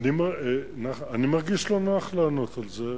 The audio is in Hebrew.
1 2. נחמן, אני מרגיש לא נוח לענות על זה,